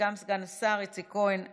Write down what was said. וגם סגן השר איציק כהן בעד,